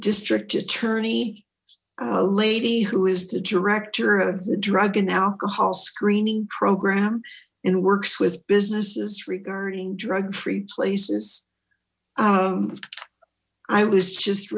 district attorney lady who is the director of the drug and alcohol screening program and works with businesses regarding drug free places i was just